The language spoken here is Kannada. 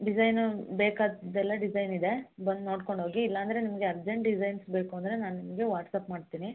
ಡಿಸೈನು ಬೇಕಾದ್ದೆಲ್ಲ ಡಿಸೈನ್ ಇದೆ ಬಂದು ನೋಡ್ಕೊಂಡು ಹೋಗಿ ಇಲ್ಲಾಂದರೆ ನಿಮಗೆ ಅರ್ಜೆಂಟ್ ಡಿಸೈನ್ಸ್ ಬೇಕು ಅಂದರೆ ನಾನು ನಿಮಗೆ ವಾಟ್ಸಪ್ ಮಾಡ್ತೀನಿ